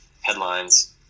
headlines